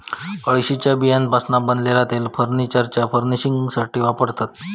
अळशीच्या बियांपासना बनलेला तेल फर्नीचरच्या फर्निशिंगसाथी वापरतत